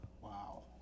Wow